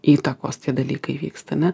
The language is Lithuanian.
įtakos tie dalykai vyksta ne